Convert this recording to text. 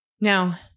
Now